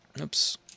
oops